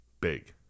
big